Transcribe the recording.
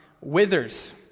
withers